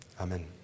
Amen